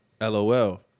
LOL